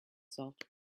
salt